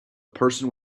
person